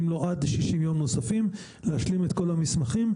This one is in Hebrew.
עד 60 יום כדי להשלים את כל המסמכים,